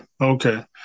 okay